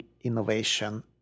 innovation